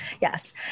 yes